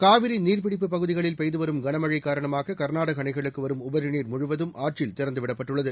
காவிரி நீர்ப்பிடிப்பு பகுதிகளில் பெய்துவரும் கனமழை காரணமாக கர்நாடக அணைகளுக்கு வரும் உபரிநீர் முழுவதும் ஆற்றில் திறந்துவிடப்பட்டுள்ளது